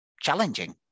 challenging